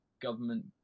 government